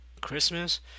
christmas